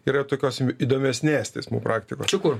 yra tokios įdomesnės teismų praktikos kur